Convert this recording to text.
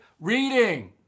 Reading